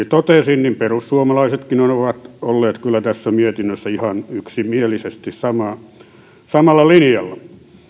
totesin perussuomalaisetkin ovat olleet kyllä tässä mietinnössä ihan yksimielisesti samalla linjalla